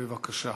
בבקשה.